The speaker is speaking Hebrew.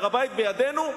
הר-הבית בידינו,